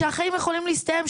שהחיים יכולים להסתיים,